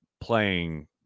playing